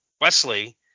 Wesley